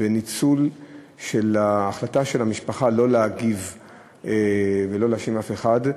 וניצול של החלטת המשפחה לא להגיב ולא להאשים אף אחד.